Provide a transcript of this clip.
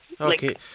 Okay